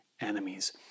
enemies